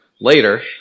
later